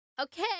okay